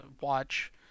watch